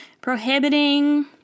prohibiting